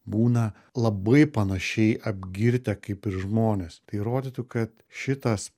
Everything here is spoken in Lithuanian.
būna labai panašiai apgirtę kaip ir žmonės tai rodytų kad šitas